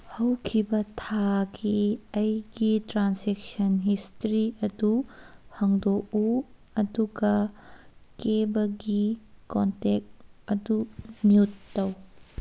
ꯍꯧꯈꯤꯕ ꯊꯥꯒꯤ ꯑꯩꯒꯤ ꯇ꯭ꯔꯥꯟꯁꯦꯛꯁꯟ ꯍꯤꯁꯇ꯭ꯔꯤ ꯑꯗꯨ ꯍꯥꯡꯗꯣꯛꯎ ꯑꯗꯨꯒ ꯀꯦꯕꯒꯤ ꯀꯣꯟꯇꯦꯛ ꯑꯗꯨ ꯃ꯭ꯌꯨꯠ ꯇꯧ